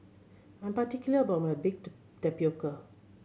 I'm particular about my baked tapioca